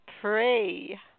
pray